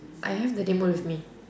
I have the remote with me